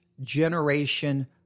generation